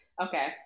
Okay